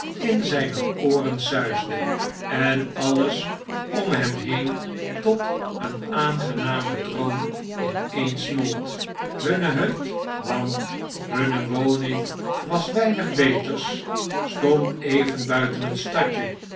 in zijne ooren suisde en alles om hem lieen tot een aangenamen droom ineensmolt hunne hut want hunne woning was weinig beters stond even buiten het stadje